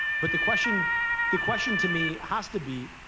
but the question the question to me has to be,